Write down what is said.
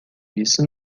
isso